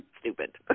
Stupid